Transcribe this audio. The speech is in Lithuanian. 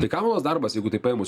tai kamalos darbas jeigu taip paėmus